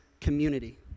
community